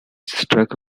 struck